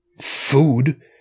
food